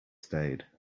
stayed